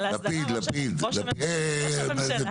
ראש הממשלה.